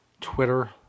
twitter